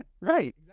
Right